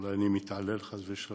אולי אני מתעלל, חס ושלום?